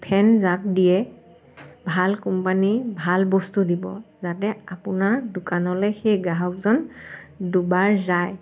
ফেন যাক দিয়ে ভাল কোম্পানী ভাল বস্তু দিব যাতে আপোনাৰ দোকানলৈ সেই গ্ৰাহকজন দুবাৰ যায়